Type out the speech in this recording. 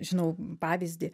žinau pavyzdį